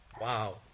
Wow